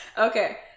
okay